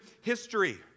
history